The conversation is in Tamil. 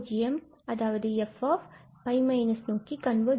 இது பூஜ்யம் 𝑓𝜋− நோக்கி கண்வர்ஜ் ஆகும்